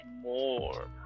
more